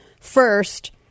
first